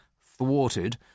thwarted